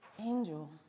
angel